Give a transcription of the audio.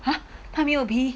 !huh! 他没有皮